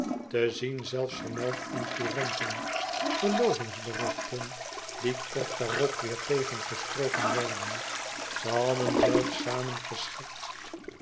te zien zelfs vermeld in couranten verlovingsberichten die kort daarop weêr tegengesproken werden ze hadden zelfs